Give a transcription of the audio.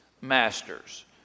Masters